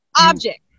object